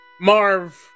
Marv